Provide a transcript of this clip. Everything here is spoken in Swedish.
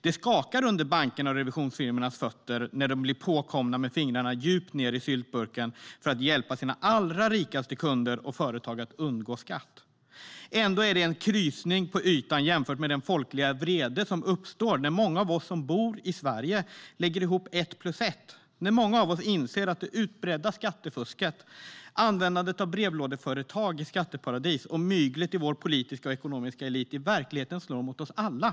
Det skakar under bankernas och revisionsfirmornas fötter när de blir påkomna med fingrarna djupt nere i syltburken för att hjälpa sina allra rikaste kunder och företag att undgå skatt. Ändå är det en krusning på ytan jämfört med den folkliga vrede som uppstår när många av oss som bor i Sverige lägger ihop ett och ett - när många av oss inser att det utbredda skattefusket, användandet av brevlådeföretag i skatteparadis och myglet i vår politiska och ekonomiska elit i verkligheten slår mot oss alla.